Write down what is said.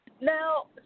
Now